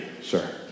sir